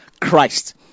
Christ